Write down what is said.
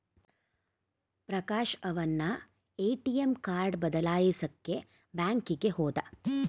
ಪ್ರಕಾಶ ಅವನ್ನ ATM card ಬದಲಾಯಿಸಕ್ಕೇ ಬ್ಯಾಂಕಿಗೆ ಹೋದ